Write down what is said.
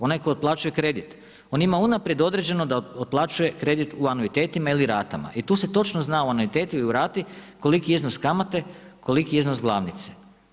Onaj tko otplaćuje kredit, on ima unaprijed određeno da otplaćuje kredit u anuitetima ili rata, i tu se točno zna u anuitetu i u rati koliko je iznos kamate, koliko je iznos glavnice.